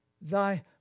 Thy